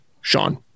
Sean